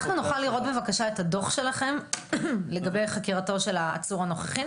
אנחנו נוכל לראות את הדוח שלכם לגבי חקירתו של העצור הנוכחי?